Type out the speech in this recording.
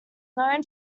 known